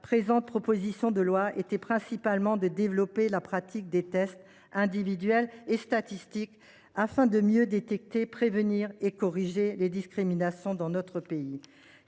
2023 2026. L’ambition du texte était principalement de développer la pratique des tests individuels et statistiques, afin de mieux détecter, prévenir et corriger les discriminations dans notre pays.